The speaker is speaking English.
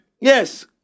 Yes